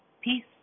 Peace